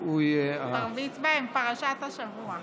תרביץ בהם פרשת השבוע.